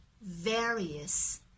Various